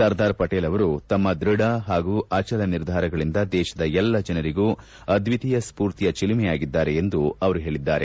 ಸರ್ದಾರ್ ಪಟೇಲ್ ಅವರು ತಮ್ನ ದೃಢ ಹಾಗೂ ಅಚಲ ನಿರ್ಧಾರಗಳಿಂದ ದೇಶದ ಎಲ್ಲಾ ಜನರಿಗೂ ಅದ್ವಿತೀಯ ಸ್ಪೂರ್ತಿಯ ಚಿಲುಮೆಯಾಗಿದ್ದಾರೆ ಎಂದು ಅವರು ಹೇಳಿದ್ದಾರೆ